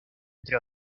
entre